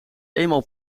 eenmaal